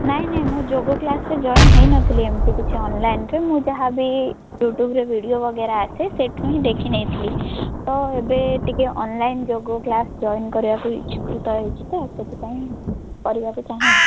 ନାଇଁ ନାଇଁ ମୁଁ ଯୋଗ କ୍ଲାସ୍ରେ ଜଏନ୍ ହେଇନଥିଲି ଏମତି କିଛି ଅନ୍ଲାଇନ୍ରେ ମୁଁ ଯାହାବି ୟୁଟ୍ୟୁବରେ ଭିଡ଼ିଓ ବଗେରା ଆସେ ସେଇଠୁ ହିଁ ଦେଖି ନେଇଥିଲି ତ ଏବେ ଟିକେ ଅନ୍ଲାଇନ୍ ଯୋଗ କ୍ଲାସ୍ ଜଏନ୍ କରିବାକୁ ଇଚ୍ଛୁକ ହେଇଛି ତ ସେଥିପାଇଁ କରିବାକୁ ଚାହେଁ